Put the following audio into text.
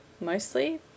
mostly